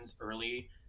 early